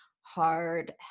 hard